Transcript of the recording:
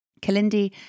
Kalindi